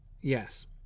yes